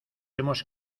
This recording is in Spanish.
hemos